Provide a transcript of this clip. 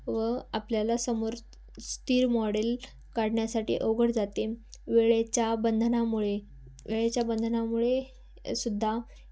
व आपल्याला समोर स्थिर मॉडेल काढण्यासाठी अवघड जाते वेळेच्या बंधनामुळे वेळेच्या बंधनामुळे सुद्धा